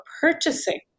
purchasing